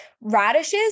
Radishes